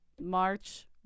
march